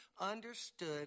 understood